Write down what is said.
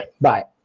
Bye